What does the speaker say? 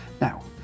Now